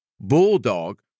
bulldog